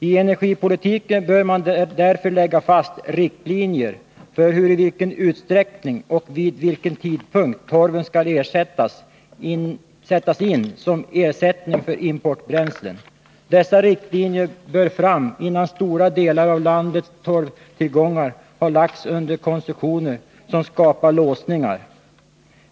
I energipolitiken bör man därför lägga fast riktlinjer för i vilken utsträckning och vid vilken tidpunkt torven skall sättas in som ersättning för importbränslen. Dessa riktlinjer bör fram innan stora delar av landets torvtillgångar har lagts under koncessioner som skapar låsningar.